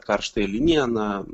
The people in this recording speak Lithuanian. karštąją liniją na